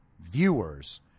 viewers